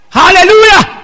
hallelujah